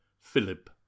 PHILIP